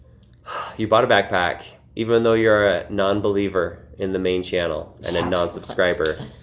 you bought a backpack even though you're a non-believer in the main channel and a non-subscriber.